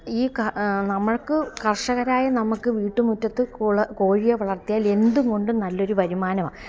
ഈ കാ നമ്മള്ക്ക് കര്ഷകരായ നമുക്ക് വീട്ടു മുറ്റത്ത് കുള കോഴിയെ വളര്ത്തിയാല് എന്തുകൊണ്ടും നല്ലൊരു വരുമാനവാ